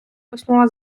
письмова